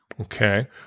Okay